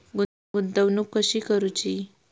गुंतवणूक कशी करूची?